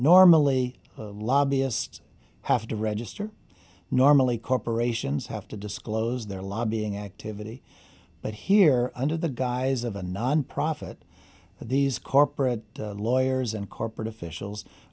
normally lobbyists have to register normally corporations have to disclose their lobbying activity but here under the guise of a nonprofit and these corporate lawyers and corporate officials